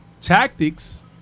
tactics